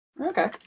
Okay